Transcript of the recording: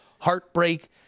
heartbreak